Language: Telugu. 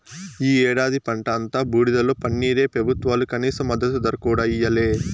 ఈ ఏడాది పంట అంతా బూడిదలో పన్నీరే పెబుత్వాలు కనీస మద్దతు ధర కూడా ఇయ్యలే